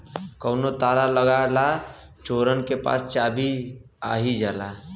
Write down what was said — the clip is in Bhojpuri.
कउनो ताला लगा ला चोरन के पास चाभी आ ही जाला